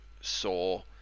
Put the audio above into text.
saw